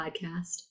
podcast